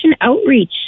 outreach